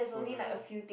for the